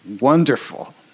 wonderful